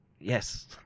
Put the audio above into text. Yes